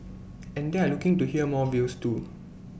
and they're looking to hear more views too